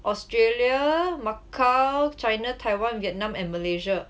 australia macau china taiwan vietnam and malaysia